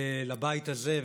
לבית הזה,